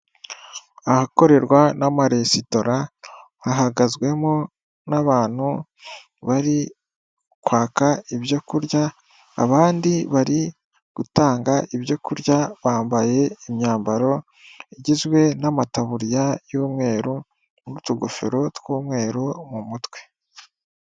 Ahakorerwa n'amaresitora hahagazwemo n'abantu bari kwaka ibyo kurya abandi bari gutanga ibyo kurya bambaye imyambaro igizwe n'amataburya y'umweru n'utugofero tw'umweru mu mutwe.